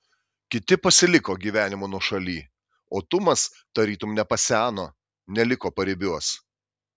kiti pasiliko gyvenimo nuošaly o tumas tarytum nepaseno neliko paribiuos